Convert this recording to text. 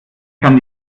kann